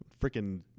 freaking